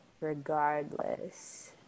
regardless